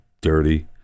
dirty